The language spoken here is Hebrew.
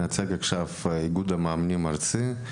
אני מייצג עכשיו את איגוד המאמנים הארצי.